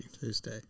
Tuesday